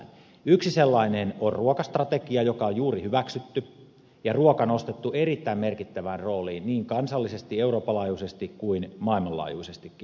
yksi sellainen on ruokastrategia joka on juuri hyväksytty ja jossa ruoka on nostettu erittäin merkittävään rooliin niin kansallisesti euroopan laajuisesti kuin maailmanlaajuisestikin